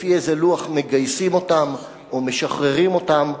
לפי איזה לוח מגייסים אותם או משחררים אותם,